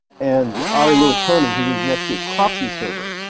and ari luotonen, who did the netscape proxy server.